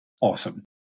awesome